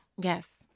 yes